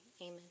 Amen